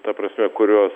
ta prasme kuriuos